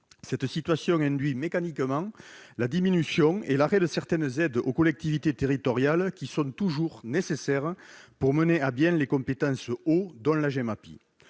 Cette situation induit mécaniquement la diminution et l'arrêt de certaines aides aux collectivités territoriales qui sont toujours nécessaires pour mener à bien les compétences « eau », dont la Gemapi.